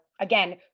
again